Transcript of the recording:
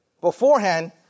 beforehand